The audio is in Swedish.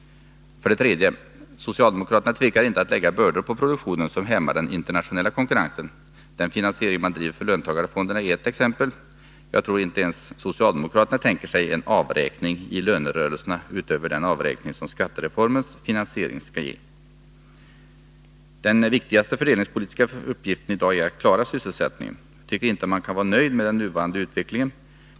För det tredje: Socialdemokraterna tvekar inte att lägga bördor på produktionen som hämmar den internationella konkurrensen. Den finansiering av löntagarfonderna man förespråkar är ett exempel. Jag tror inte att ens socialdemokraterna tänker sig en avräkning i lönerörelserna utöver den avräkning som skattereformens finansiering skall ge. Den viktigaste fördelningspolitiska uppgiften i dag är att klara sysselsättningen. Jag tycker inte att man kan vara nöjd med den nuvarande utvecklingen.